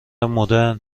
مدرن